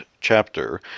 chapter